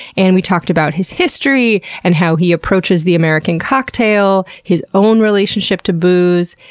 and we talked about his history, and how he approaches the american cocktail, his own relationship to booze,